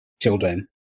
children